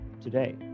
today